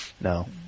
No